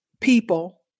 people